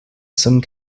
some